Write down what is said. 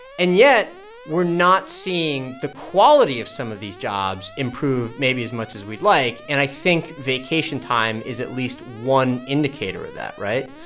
and yet we're not seeing the quality of some of these jobs improve maybe as much as we'd like. and i think vacation time is at least one indicator of that right.